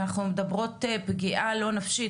אנחנו מדברות פגיעה לא נפשית,